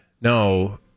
no